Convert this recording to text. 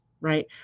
right